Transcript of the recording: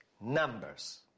Numbers